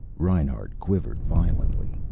reinhart quivered violently.